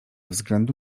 względu